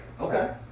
Okay